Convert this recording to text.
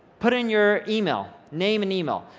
put in your email, name and email.